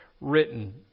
written